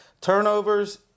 turnovers